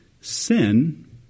Sin